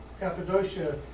Cappadocia